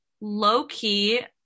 low-key